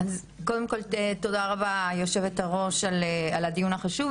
אז קודם כל תודה רבה יושבת הראש על הדיון החשוב,